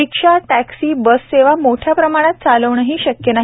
रिक्षा taxi bus सेवा मोठ्या प्रमाणात चालवणंही शक्य नाही